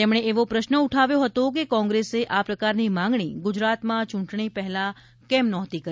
તેમણે એવો પ્રશ્ન ઉઠાવ્યો હતો કે કોંગ્રેસે આ પ્રકારની માંગણી ગુજરાતમાં ચૂંટણી પહેલાં કેમ નહોતી કરી